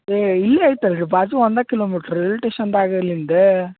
ಏ ಇಲ್ಲೇ ಐತಿ ಅಲ್ರಿ ಬಾಜು ಒಂದು ಕಿಲೋಮೀಟ್ರ್ ರೇಲುಸ್ಟೇಷನ್ದಾಗ ಎಲ್ಲಿಂದ